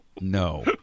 No